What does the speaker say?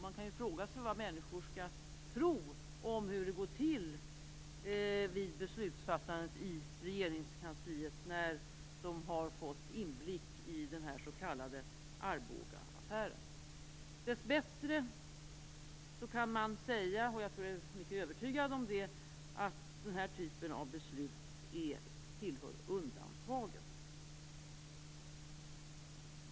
Man kan fråga sig vad människor skall tro om hur det går till vid beslutsfattandet i Regeringskansliet, när de har fått inblick i den s.k. Arbogaaffären. Dessbättre tillhör denna typ av beslut undantagen. Det är jag övertygad om.